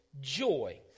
joy